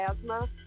asthma